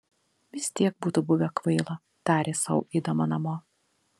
vis tiek būtų buvę kvaila tarė sau eidama namo